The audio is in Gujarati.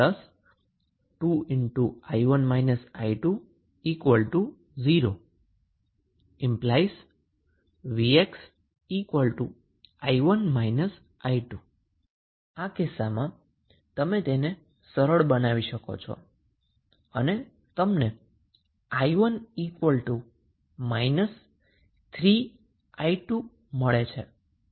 હવે જો તમે આ ચોક્કસ મેશ જોશો તો તમને જોવા મળશે કે 4 ઓહ્મ રેઝિસ્ટન્સ ના અક્રોસમા વોલ્ટેજ ડ્રોપ છે જે બીજું કંઈ નથી પરંતુ કરન્ટ 𝑖2 ગૂણ્યા 4 ઓહ્મ છે